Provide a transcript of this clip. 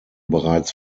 bereits